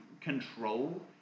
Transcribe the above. control